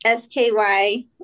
SKY